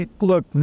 Look